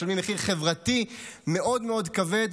משלמים מחיר חברתי מאוד מאוד כבד,